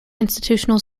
institutional